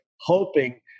hoping